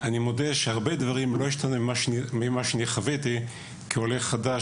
להזדהות ולראות שהרבה דברים לא השתנו ממה שחוויתי כעולה חדש